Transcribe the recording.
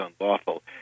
unlawful